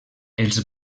els